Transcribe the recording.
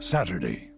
Saturday